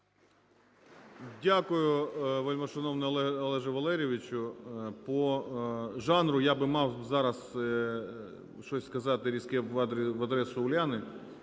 Дякую, вельмишановний Олеже Валерійовичу. По жанру я би мав зараз щось сказати різке в адресу Уляни.